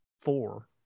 four